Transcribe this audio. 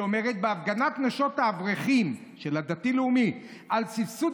היא אומרת: בהפגנת נשות האברכים של הדתי-לאומי על סבסוד